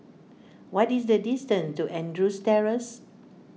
what is the distance to Andrews Terrace